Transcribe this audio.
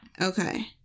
Okay